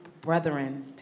brethren